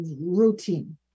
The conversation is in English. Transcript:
routine